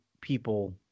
people